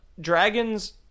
Dragons